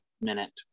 minute